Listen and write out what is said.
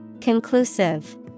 Conclusive